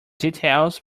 details